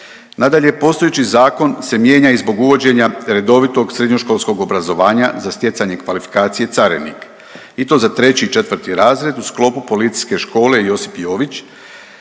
Nadalje, postojeći zakon se mijenja i zbog uvođenja redovitog srednjoškolskog obrazovanja za stjecanje kvalifikacije carinik i to za treći i četvrti razred u sklopu Policijske škole „Josip Jović“